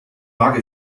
mag